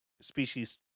species